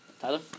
Tyler